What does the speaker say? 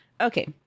Okay